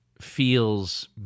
feels